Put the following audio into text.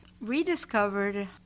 rediscovered